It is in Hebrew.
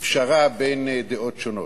פשרה בין דעות שונות: